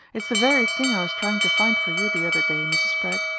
it's the very thing i was trying to find for you the other day, mrs. spragg,